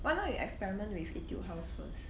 why not you experiment with Etude House first